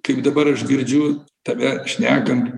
kaip dabar aš girdžiu tave šnekant